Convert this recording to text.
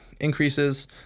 increases